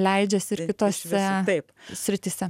leidžiasi ir kitose srityse